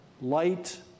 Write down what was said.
light